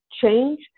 change